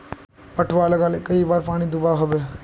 पटवा लगाले कई बार पानी दुबा होबे?